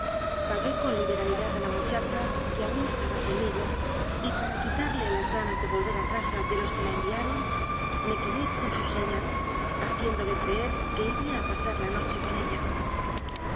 pagué con li beralidad a la muchacha que aún estaba conmigo y para quitarle las ganas de volver a casa de los que la enviaron me quedé con sus señas hacién dole creer que iría a pasar la noche con ella